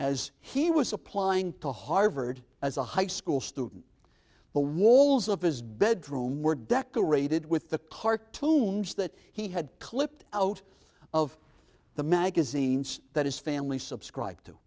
as he was applying to harvard as a high school student the walls of his bedroom were decorated with the cartoons that he had clipped out of the magazines that his family subscribed to